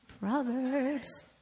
proverbs